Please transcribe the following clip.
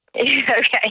okay